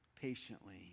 patiently